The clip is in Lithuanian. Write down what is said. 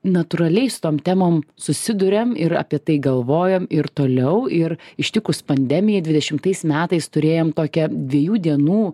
natūraliai su tom temom susiduriam ir apie tai galvojam ir toliau ir ištikus pandemijai dvidešimtais metais turėjom tokią dviejų dienų